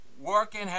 working